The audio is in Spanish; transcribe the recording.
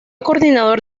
coordinador